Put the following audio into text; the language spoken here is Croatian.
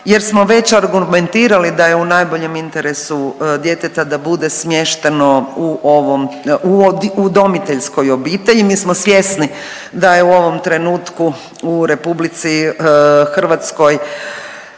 jer smo već argumentirali da je u najboljem interesu djeteta da bude smješteno u ovom, u udomiteljskoj obitelji. Mi smo svjesni da je u ovom trenutku u RH postoji